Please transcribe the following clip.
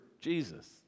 Jesus